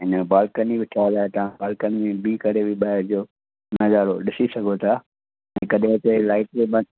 इन में बालकनी बि ठहियलु आहे तव्हां बालकनी में बिही करे बि ॿाहिरि जो नज़ारो ॾिसी सघो था ऐं कॾहिं हिते लाइट बि बंदि